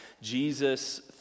Jesus